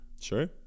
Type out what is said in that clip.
Sure